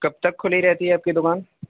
کب تک کھلی رہتی ہے ہے آپ کی دکان